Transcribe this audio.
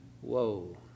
Whoa